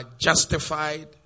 justified